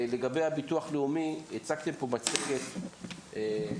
לגבי הביטוח הלאומי: הצגתם פה מצגת מקיפה.